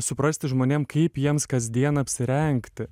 suprasti žmonėm kaip jiems kasdien apsirengti